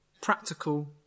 practical